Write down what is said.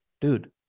dude